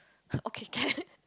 okay can